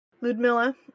Ludmilla